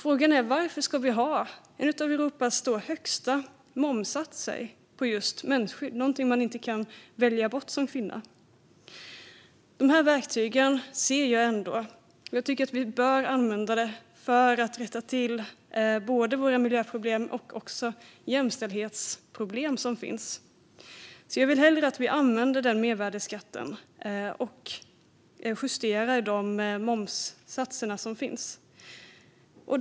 Frågan är varför vi ska ha en av Europas högsta momssatser på just mensskydd, något som kvinnor inte kan välja bort. De här verktygen ser jag, och jag tycker att vi bör använda dem för att rätta till både miljöproblem och jämställdhetsproblem. Jag vill hellre att vi använder mervärdesskatten och justerar de momssatser som finns.